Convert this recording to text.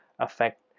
affect